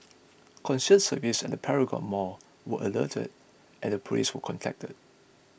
concierge services at Paragon mall were alerted and the police were contacted